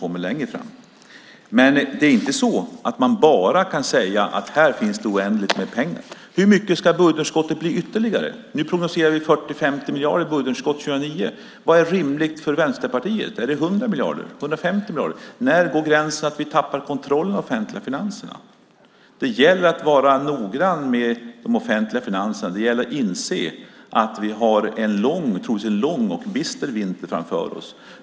Man kan inte bara säga att det finns oändligt mycket pengar. Hur mycket större ska underskottet bli? Nu prognostiserar vi 40-50 miljarder i budgetunderskott 2009. Vad är rimligt för Vänsterpartiet? Är det 100 miljarder? Är det 150 miljarder? Var går gränsen för att vi tappar kontrollen i de offentliga finanserna? Det gäller att vara noggrann med de offentliga finanserna. Det gäller att inse att vi troligtvis har en lång och bister vinter framför oss.